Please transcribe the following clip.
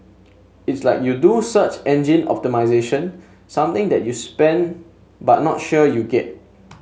it's like you do search engine optimisation something that you spend but not sure you get